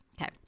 Okay